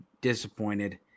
disappointed